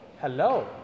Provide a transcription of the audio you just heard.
hello